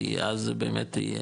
כי אז זה באמת יהיה,